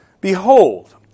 Behold